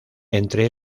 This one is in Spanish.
entre